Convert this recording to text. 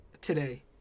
today